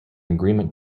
agreement